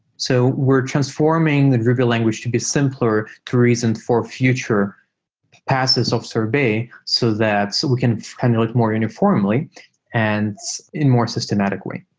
so we're transforming ruby language to be simpler to reason for future passes of sorbet so that so we can handle it more uniformly and in more systematic way.